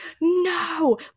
No